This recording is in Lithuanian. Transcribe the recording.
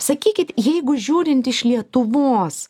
sakykit jeigu žiūrint iš lietuvos